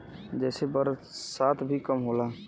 जेसे बरसात भी कम होला